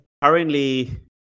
Currently